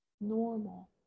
normal